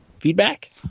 Feedback